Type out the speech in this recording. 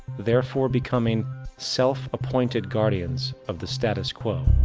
therefore becoming self-appointed guardians of the status quo.